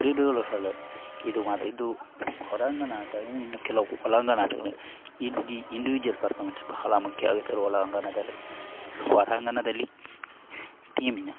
ಇದು ಮ ಇದು ಹೊರಾಂಗಣ ಆಟ ಇನ್ನು ಕೆಲವು ಒಳಾಂಗಣ ಆಟಗಳು ಇಲ್ಲಿ ಇಂಡಿವಿಜುಅಲ್ ಪರ್ಫಾರ್ಮೆನ್ಸ್ ಬಹಳ ಮುಖ್ಯ ಆಗುತ್ತೆ ಅಲ್ಲಿ ಒಳಾಂಗಣದಲ್ಲಿ ಹೊರಾಂಗಣದಲ್ಲಿ ಟೀಮಿನ